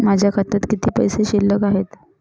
माझ्या खात्यात किती पैसे शिल्लक आहेत?